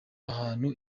abahutu